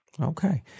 Okay